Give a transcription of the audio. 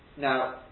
Now